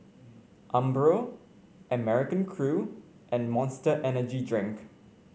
Umbro American Crew and Monster Energy Drink